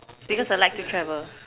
because I like to travel